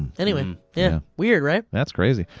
anyway, yeah, weird right? that's crazy.